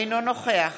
אינו נוכח